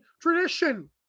tradition